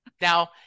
Now